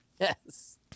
Yes